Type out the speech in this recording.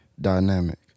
dynamic